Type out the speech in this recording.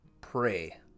Pray